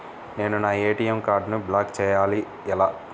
నేను నా ఏ.టీ.ఎం కార్డ్ను బ్లాక్ చేయాలి ఎలా?